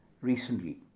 recently